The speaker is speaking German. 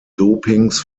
dopings